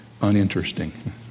uninteresting